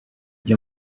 ryo